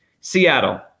Seattle